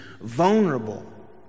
vulnerable